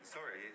Sorry